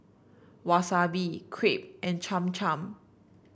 Wasabi Crepe and Cham Cham